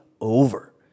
over